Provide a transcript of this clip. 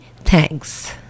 thanks